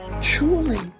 Truly